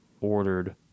ordered